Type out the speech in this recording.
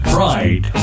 Pride